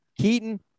Keaton